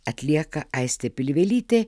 atlieka aistė pilvelytė